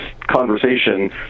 conversation